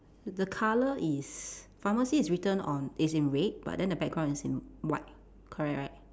the colour is pharmacy is written on is in red but the background is in white correct right